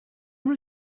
were